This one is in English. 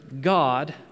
God